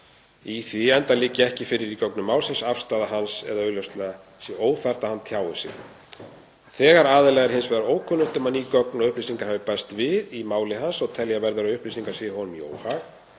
í því enda liggi ekki fyrir í gögnum máls afstaða hans eða augljóslega sé óþarft að hann tjái sig. Þegar aðila er hins vegar ókunnugt um að ný gögn og upplýsingar hafi bæst við í máli hans og telja verður að upplýsingarnar séu honum í óhag